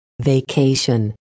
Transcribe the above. Vacation